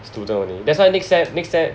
student only that's why next sem next sem